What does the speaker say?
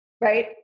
Right